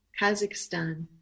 Kazakhstan